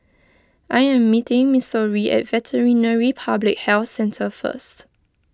I am meeting Missouri at Veterinary Public Health Centre first